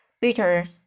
Bitter